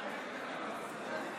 מי שרוצה ללכת מוזמן